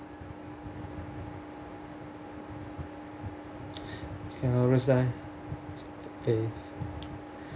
and I was like eh